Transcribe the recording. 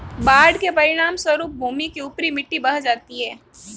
बाढ़ के परिणामस्वरूप भूमि की ऊपरी मिट्टी बह जाती है